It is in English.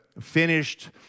finished